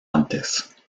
antes